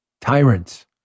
Tyrants